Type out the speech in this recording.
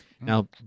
Now